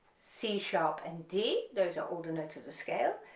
c sharp, and d, those are all the notes of the scale,